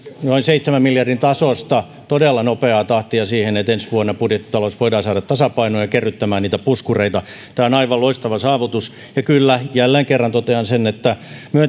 noin seitsemän miljardin tasosta todella nopeaa tahtia siihen että ensi vuonna budjettitalous voidaan saada tasapainoon ja kerryttämään puskureita tämä on aivan loistava saavutus ja kyllä jälleen kerran totean sen että